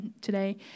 today